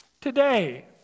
today